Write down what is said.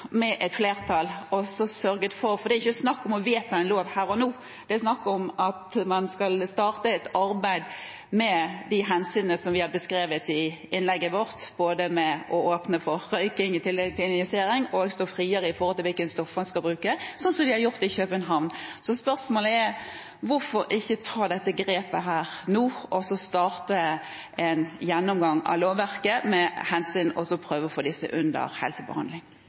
det er snakk om at man skal starte et arbeid, ut fra de hensynene som vi har beskrevet i innlegget vårt – både å åpne for røyking i tillegg til injisering og å stå friere når det gjelder hvilke stoff man skal tillate brukt, slik de har gjort i København? Så spørsmålet er: Hvorfor ikke ta dette grepet nå, og starte en gjennomgang av lovverket for å prøve å få disse under helsebehandling?